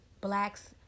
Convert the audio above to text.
blacks